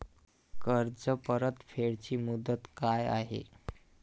कर्ज परतफेड ची मुदत काय आहे?